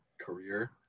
career